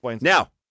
Now